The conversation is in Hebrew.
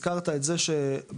הזכרת את זה שבאולפן,